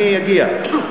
אני אגיע.